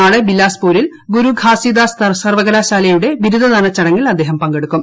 നാളെ ബിലാസ്പൂരിൽ ഗുരുഘാസിദാസ് സർവ്വകലാശാലയുടെ ബിരുദദാന ചടങ്ങിൽ അദ്ദേഹം പങ്കെടുക്കും